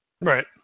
Right